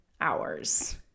hours